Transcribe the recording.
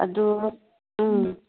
ꯑꯗꯨ ꯎꯝ